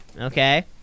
Okay